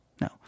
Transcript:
no